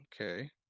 Okay